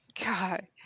God